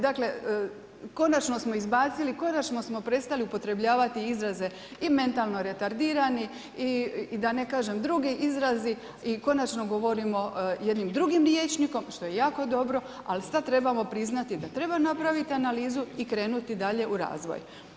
Dakle, konačno smo izbacili, konačni smo prestali upotrebljavati izraze i mentalno retardirani i da ne kažem drugi izrazi i konačno govorimo jednim drugim rječnikom što je jako dobro, ali sad trebamo priznati da treba napraviti analizu i krenuti dalje u razvoj.